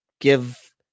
give